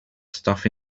stuff